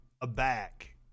aback